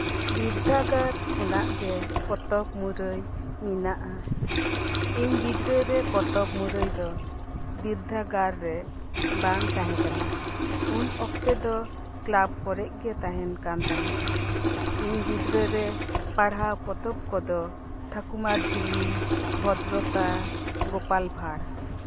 ᱵᱤᱨᱫᱟᱹᱜᱟᱲ ᱠᱷᱚᱱᱟᱜ ᱜᱮ ᱯᱚᱛᱚᱵ ᱢᱩᱨᱟᱹᱭ ᱢᱮᱱᱟᱜᱼᱟ ᱤᱧ ᱜᱤᱫᱽᱨᱟᱹᱨᱮ ᱯᱚᱛᱚᱵ ᱢᱩᱨᱟᱹᱭ ᱫᱚ ᱵᱤᱨᱫᱟᱹᱜᱟᱲ ᱨᱮ ᱵᱟᱝ ᱛᱟᱦᱮᱸ ᱠᱟᱱᱟ ᱩᱱ ᱚᱠᱛᱮ ᱫᱚ ᱠᱞᱟᱵᱽ ᱠᱚᱨᱮᱜᱮ ᱛᱟᱦᱮᱱ ᱠᱟᱱ ᱛᱟᱦᱮᱸᱫ ᱤᱧ ᱜᱤᱫᱽᱨᱟᱹ ᱨᱮ ᱯᱟᱲᱦᱟᱣ ᱯᱚᱛᱚᱵ ᱠᱚᱫᱚ ᱴᱷᱟᱠᱩᱢᱟᱨ ᱡᱷᱩᱞᱤ ᱵᱷᱚᱫᱨᱚᱛᱟ ᱜᱳᱯᱟᱞ ᱵᱷᱟᱬ